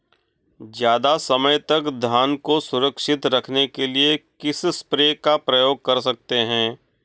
ज़्यादा समय तक धान को सुरक्षित रखने के लिए किस स्प्रे का प्रयोग कर सकते हैं?